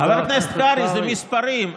חבר הכנסת קרעי, זה מספרים.